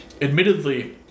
Admittedly